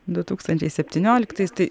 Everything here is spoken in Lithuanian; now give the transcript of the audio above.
du tūkstančiai septynioliktais tai